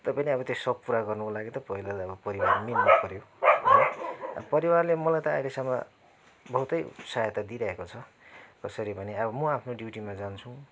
तैपनि अब त्यो सोख पुरा गर्नुको लागि त पहिला त अब परिवार मिल्नु पऱ्यो है परिवारले मलाई त अहिलेसम्म बहुतै सहायता दिइरहेको छ कसरी भने अब म आफ्नो ड्युटीमा जान्छु